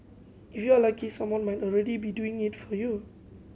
you are lucky someone might already be doing it for you